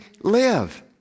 live